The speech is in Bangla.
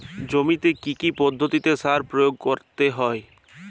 জমিতে কী কী পদ্ধতিতে সার প্রয়োগ করতে হয়?